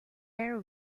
very